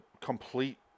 complete